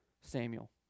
Samuel